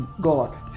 God